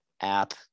app